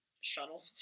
shuttle